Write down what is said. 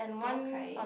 okay